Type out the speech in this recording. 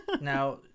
now